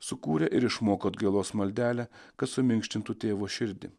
sukūrė ir išmoko atgailos maldelę kad suminkštintų tėvo širdį